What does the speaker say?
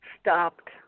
stopped